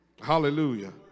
Hallelujah